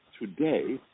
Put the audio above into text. today